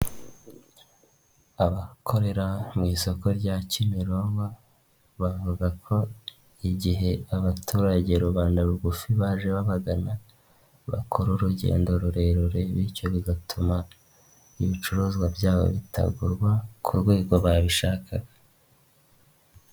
Abakorera mu isoko rya Kimironko, bavuga ko igihe abaturage rubanda rugufi baje babagana, bakora urugendo rurerure bityo bigatuma ibicuruzwa byabo bitagurwa, ku rwego babishakaga.